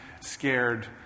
scared